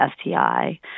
STI